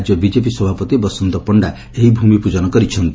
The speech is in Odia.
ରାଜ୍ୟ ବିଜେପି ସଭାପତି ବସନ୍ତ ପଣ୍ତା ଏହି ଭୂମି ପୂଜନ କରିଛନ୍ତି